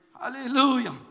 Hallelujah